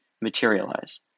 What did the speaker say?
materialize